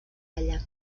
ella